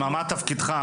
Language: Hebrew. מה תפקידך?